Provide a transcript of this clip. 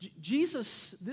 Jesus